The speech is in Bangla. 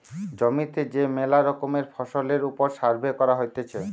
জমিতে যে মেলা রকমের ফসলের ওপর সার্ভে করা হতিছে